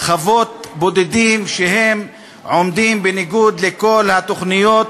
חוות בודדים שעומדות בניגוד לכל התוכניות,